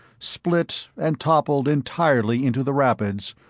split, and toppled entirely into the rapids,